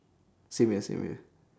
same here same here